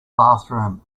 bathroom